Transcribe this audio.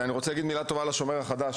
אני רוצה לומר גם מילה טובה על - ׳השומר החדש׳,